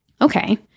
Okay